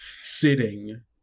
sitting